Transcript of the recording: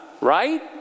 Right